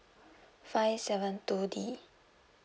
five seven two D